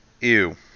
Ew